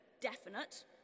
definite